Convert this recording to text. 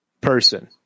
person